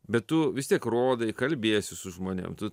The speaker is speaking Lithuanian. bet tu vis tiek rodai kalbiesi su žmonėm tu